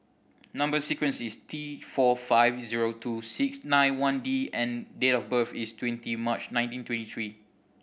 number sequence is T four five zero two six nine one D and date of birth is twenty March nineteen twenty three